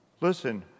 Listen